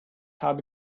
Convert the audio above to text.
habe